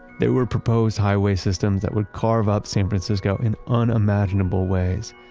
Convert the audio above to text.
they were proposed highway systems that would carve up san francisco in unimaginable ways.